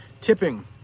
tipping